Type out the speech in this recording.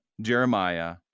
Jeremiah